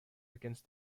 against